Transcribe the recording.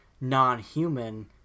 non-human